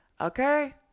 okay